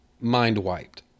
mind-wiped